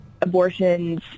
abortions